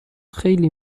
خیلی